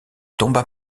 tomba